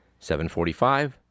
7.45